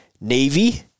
Navy